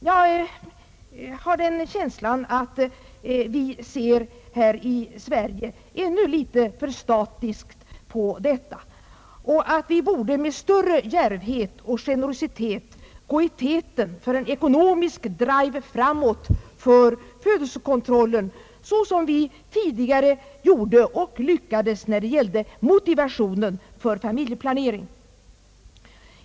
Jag har den känslan att vi här i Sverige alltjämt ser litet för statiskt på familjeplaneringshjälpen. Vi borde med större djärvhet och generositet gå i täten för en ekonomisk drive framåt för födelsekontrollen såsom vi tidigare gjorde och lyckades med när det gällde motivationen för familjeplaneringen.